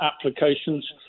applications